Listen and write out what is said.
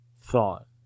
thought